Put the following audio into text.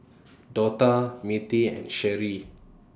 Dortha Mirtie and Sherrie